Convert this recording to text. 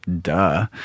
duh